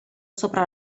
sopra